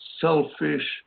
selfish